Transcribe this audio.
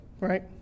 Right